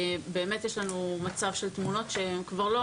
באמת יש לנו מצב של תמונות שהן כבר לא